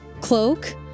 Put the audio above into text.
cloak